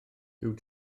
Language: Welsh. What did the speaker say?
huw